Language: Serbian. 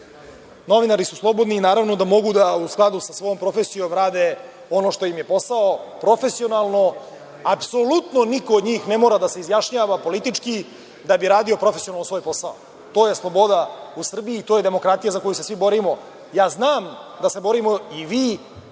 problema. Novinari su slobodni i naravno da mogu u skladu sa svojom profesijom rade ono što im je posao, profesionalno. Apsolutno niko od njih ne mora da se izjašnjava politički da bi radio profesionalno posao. To je sloboda u Srbiji i to je demokratija za koju se svi borimo. Ja znam da se borimo i vi